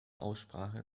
aussprache